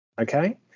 okay